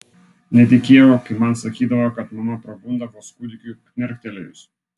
netikėjau kai man sakydavo kad mama prabunda vos kūdikiui knerktelėjus